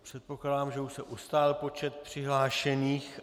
Předpokládám, že už se ustálil počet přihlášených.